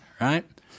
right